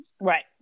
Right